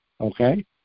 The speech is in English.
Okay